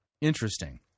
Interesting